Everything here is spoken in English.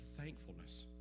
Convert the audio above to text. thankfulness